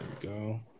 go